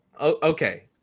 okay